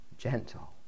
gentle